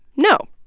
no.